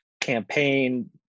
campaign